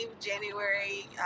January